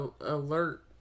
alert